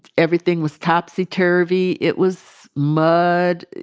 everything was topsy-turvy it was mud.